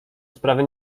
sprawy